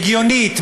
הגיונית,